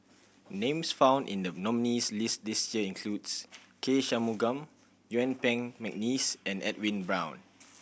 names found in the nominees' list this year includes K Shanmugam Yuen Peng McNeice and Edwin Brown